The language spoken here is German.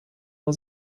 nur